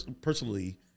personally